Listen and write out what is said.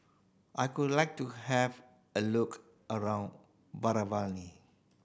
I would like to have a look around